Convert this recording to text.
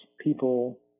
people